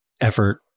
effort